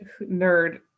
Nerd